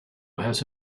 has